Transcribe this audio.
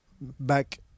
back